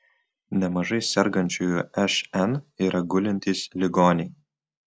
nemažai sergančiųjų šn yra gulintys ligoniai